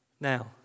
now